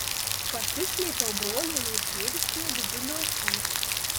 pasislėpiau brolienės tėviškėje didžiuliuose